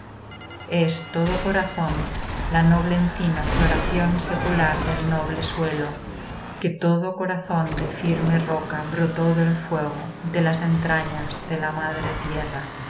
es todo corazón la noble encina floración secular del noble suelo que todo corazón de firme roca brotó del fuego de las entrañas de la madre tierra